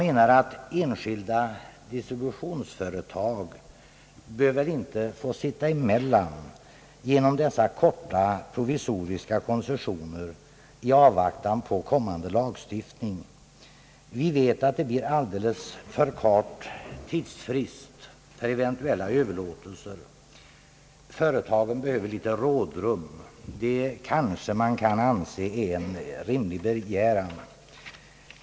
Enskilda <distributionsföretag bör väl inte få sitta emellan genom dessa korta provisoriska koncessioner i avvaktan på kommande lagstiftning. Vi vet att det blir alldeles för kort tidsfrist för eventuella överlåtelser. Företagen behöver rådrum — det är en rimlig begäran.